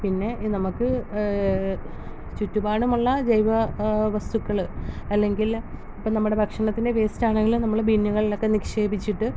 പിന്നേ ഈ നമുക്ക് ചുറ്റുപാടുമുള്ള ജൈവ വസ്തുക്കൾ അല്ലെങ്കിൽ ഇപ്പം നമ്മുടെ ഭക്ഷണത്തിൻ്റെ വേയ്സ്റ്റ് ആണെങ്കിലും നമ്മൾ ബിന്നുകളിലൊക്കെ നിക്ഷേപിച്ചിട്ട്